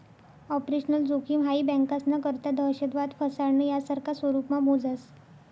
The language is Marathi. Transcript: ऑपरेशनल जोखिम हाई बँकास्ना करता दहशतवाद, फसाडणं, यासारखा स्वरुपमा मोजास